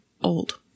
old